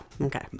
okay